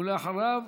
ואחריו,